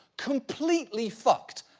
completely fucked!